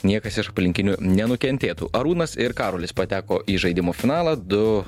niekas iš aplinkinių nenukentėtų arūnas ir karolis pateko į žaidimo finalą du